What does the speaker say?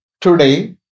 Today